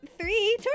three